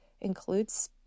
includes